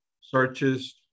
searches